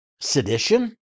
sedition